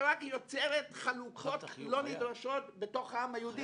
שרק יוצרת חלוקות לא נדרשות בתוך העם היהודי.